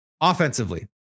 Offensively